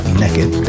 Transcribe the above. naked